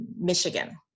Michigan